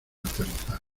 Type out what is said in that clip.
aterrizar